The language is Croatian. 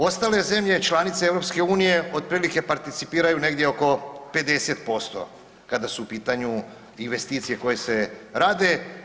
Ostale zemlje članice EU otprilike participiraju negdje oko 50% kada su u pitanju investicije koje se rade.